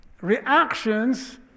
reactions